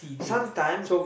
sometime